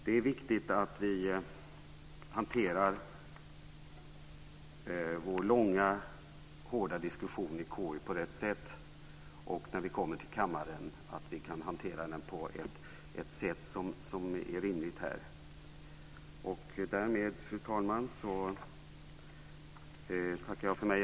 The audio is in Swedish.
Det är viktigt att vi hanterar vår långa hårda diskussion i KU på rätt sätt och att vi kan hantera den på ett sätt som är rimligt här när vi kommer till kammaren. Därmed, fru talman, tackar jag för mig.